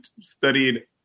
studied